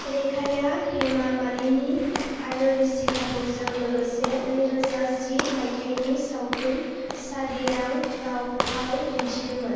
रेखाया हेमा मालिनी आरो रिषि कापुरजों लोगोसे नै रोजा जि माइथायनि सावथुन सादियांआव फाव दिन्थिदोंमोन